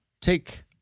take